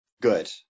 good